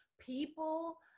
people